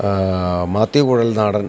Mathew Kuzhalnadan